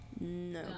No